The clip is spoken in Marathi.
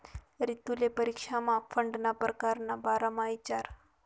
रितुले परीक्षामा फंडना परकार ना बारामा इचारं